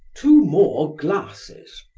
two more glasses!